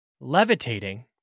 levitating